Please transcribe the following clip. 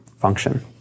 function